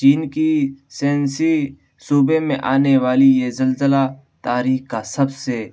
چین کی سینسی صوبے میں آنے والی یہ زلزلہ تاریخ کا سب سے